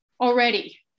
already